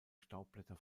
staubblätter